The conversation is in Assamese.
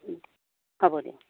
হ'ব দিয়ক